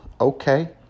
okay